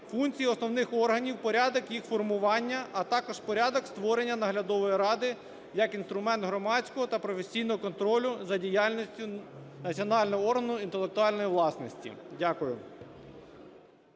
функції основних органів, порядок їх формування, а також порядок створення наглядової ради як інструмент громадського та професійного контролю за діяльністю національного органу інтелектуальної власності. Дякую.